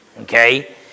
okay